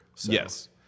Yes